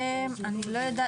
לא.